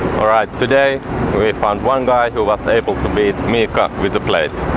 alright, today we found one guy who was able to beat miikka with a plate.